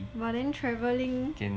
but then travelling